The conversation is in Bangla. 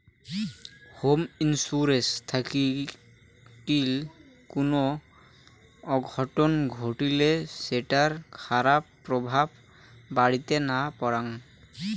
হোম ইন্সুরেন্স থাকিল কুনো অঘটন ঘটলি সেটার খারাপ প্রভাব বাড়িতে না পরাং